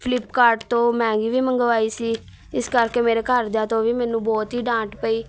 Flipkart ਤੋਂ ਮਹਿੰਗੀ ਵੀ ਮੰਗਵਾਈ ਸੀ ਇਸ ਕਰਕੇ ਮੇਰੇ ਘਰ ਦਿਆਂ ਤੋਂ ਵੀ ਮੈਨੂੰ ਬਹੁਤ ਹੀ ਡਾਂਟ ਪਈ